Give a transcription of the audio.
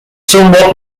somewhat